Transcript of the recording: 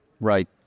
Right